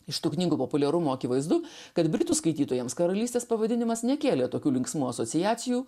iš tų knygų populiarumo akivaizdu kad britų skaitytojams karalystės pavadinimas nekėlė tokių linksmų asociacijų